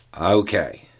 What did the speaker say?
Okay